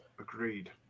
Agreed